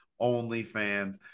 OnlyFans